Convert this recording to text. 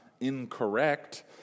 incorrect